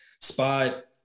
Spot